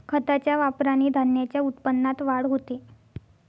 खताच्या वापराने धान्याच्या उत्पन्नात वाढ होते